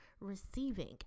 receiving